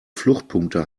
fluchtpunkte